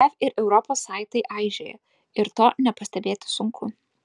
jav ir europos saitai aižėja ir to nepastebėti sunku